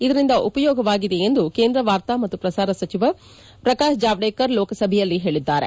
ಇದರಿಂದ ಉಪಯೋಗವಾಗಿದೆ ಎಂದು ಕೇಂದ್ರ ವಾರ್ತಾ ಮತ್ತು ಪ್ರಸಾರ ಸಚಿವ ಪ್ರಕಾಶ್ ಜಾವಡೇಕರ್ ಲೋಕಸಭೆಯಲ್ಲಿ ಹೇಳಿದ್ದಾರೆ